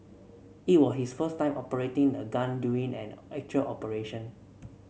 it was his first time operating the gun during an actual operation